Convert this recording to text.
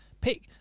Pick